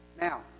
Now